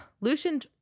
lucian